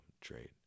trade